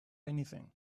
anything